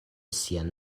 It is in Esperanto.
sian